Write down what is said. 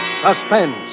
Suspense